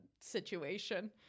situation